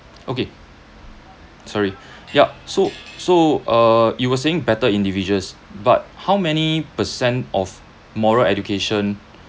okay sorry yup so so uh you were saying better individuals but how many percent of moral education